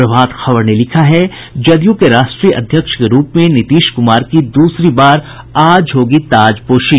प्रभात खबर ने लिखा है जदयू के राष्ट्रीय अध्यक्ष के रूप में नीतीश कुमार की दूसरी बार आज होगी ताजपोशी